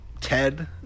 Ted